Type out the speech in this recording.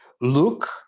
look